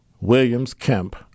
Williams-Kemp